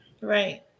Right